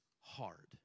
hard